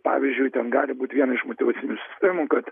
pavyzdžiui ten gali būti viena iš motyvacinių sistemų kad